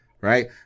right